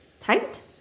Tight